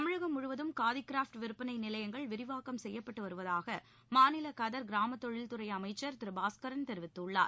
தமிழகம் முழுவதும் காதி கிராப்ட் விற்பனை நிலையங்கள் விரிவாக்கம் செய்யப்பட்டு வருவதாக மாநில கதர் கிராமத்தொழில் துறை அமைச்சர் திரு பாஸ்கரன் தெரிவித்துள்ளார்